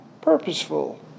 purposeful